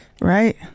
right